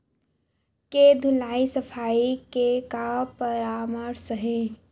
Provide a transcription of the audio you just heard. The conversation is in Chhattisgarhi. के धुलाई सफाई के का परामर्श हे?